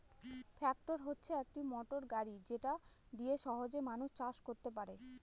tractor হচ্ছে একটি motor গাড়ি যেটা দিয়ে সহজে মানুষ চাষ করতে পারে